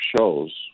shows